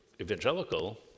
evangelical